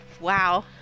Wow